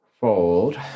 Fold